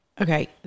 Okay